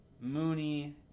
Mooney